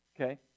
Okay